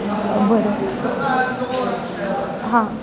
बरं हां